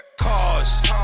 Cause